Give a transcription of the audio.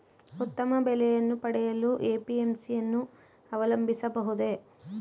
ಉತ್ತಮ ಬೆಲೆಯನ್ನು ಪಡೆಯಲು ಎ.ಪಿ.ಎಂ.ಸಿ ಯನ್ನು ಅವಲಂಬಿಸಬಹುದೇ?